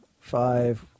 five